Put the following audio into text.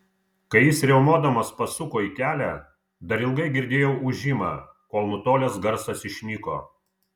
kai jis riaumodamas pasuko į kelią dar ilgai girdėjau ūžimą kol nutolęs garsas išnyko